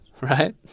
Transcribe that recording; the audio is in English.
Right